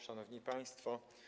Szanowni Państwo!